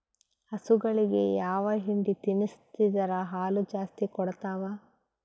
ಹಸುಗಳಿಗೆ ಯಾವ ಹಿಂಡಿ ತಿನ್ಸಿದರ ಹಾಲು ಜಾಸ್ತಿ ಕೊಡತಾವಾ?